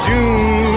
June